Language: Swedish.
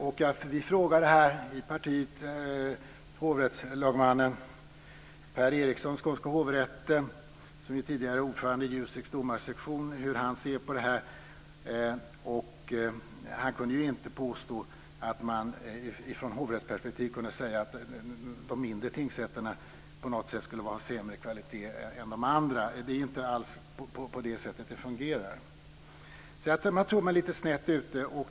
Vi i mitt parti frågade Per Eriksson, hovrättslagman vid den skånska hovrätten, som tidigare var ordförande i Juseks domarsektion, hur han ser på det här. Han kunde inte påstå att man från hovrättsperspektiv kunde säga att de mindre tingsrätterna på något sätt skulle vara av sämre kvalitet än de andra. Det är inte alls på det sättet det fungerar. Så jag tror att man är lite snett ute.